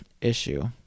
issue